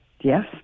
Yes